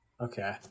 Okay